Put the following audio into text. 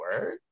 word